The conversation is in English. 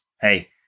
hey